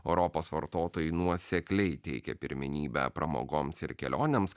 europos vartotojai nuosekliai teikia pirmenybę pramogoms ir kelionėms